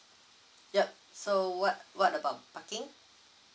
yup so what what about parking